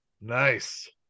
Nice